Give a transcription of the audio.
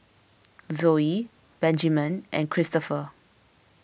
Zoey Benjiman and Kristoffer